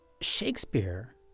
Shakespeare